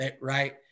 right